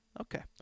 Okay